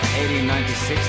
1896